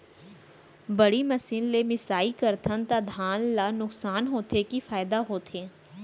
बड़ी मशीन ले मिसाई करथन त धान ल नुकसान होथे की फायदा होथे?